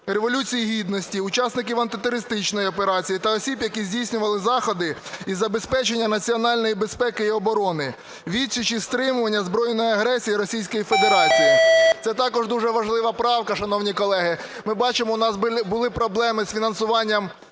Революції Гідності, учасників Антитерористичної операції, та осіб, які здійснювали заходи із забезпечення національної безпеки і оборони, відсічі і стримування збройної агресії Російської Федерації. Це також дуже важлива правка, шановні колеги. Ми бачимо, у нас були проблеми з фінансуванням